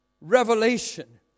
revelation